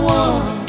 one